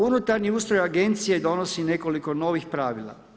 Unutarnji ustroj agencije donosi nekoliko novih pravila.